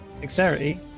Dexterity